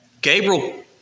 Gabriel